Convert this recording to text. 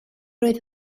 oedd